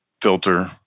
filter